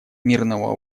мирного